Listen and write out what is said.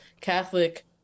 catholic